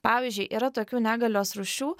pavyzdžiui yra tokių negalios rūšių